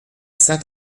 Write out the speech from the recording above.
saint